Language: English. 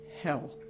hell